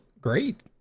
great